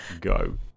go